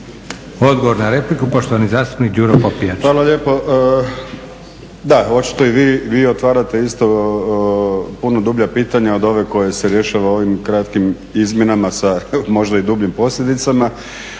Odgovor na repliku poštovani zastupnik Đuro Popijač.